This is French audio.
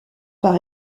par